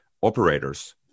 operators